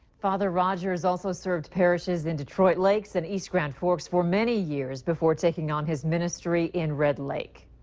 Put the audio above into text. father rogers also served parishes in detroit lakes and east grand forks for many years, before taking on his ministry in red lake.